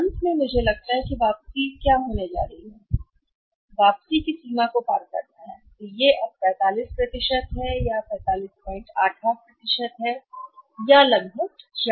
तो अंत में मुझे लगता है कि वापसी क्या होने जा रही है कि वापसी को पार करना है अब सीमा और यह अब 45 या 4588 या लगभग 46 होगा